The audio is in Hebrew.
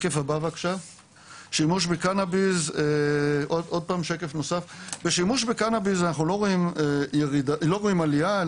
בשימוש בקנאביס אנחנו לא רואים עליה,